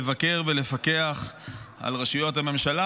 לבקר ולפקח על רשויות הממשלה,